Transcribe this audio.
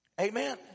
amen